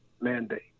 mandate